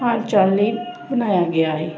ਹਾਲ ਚਾਲ ਲਈ ਬਣਾਇਆ ਗਿਆ ਏ